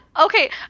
Okay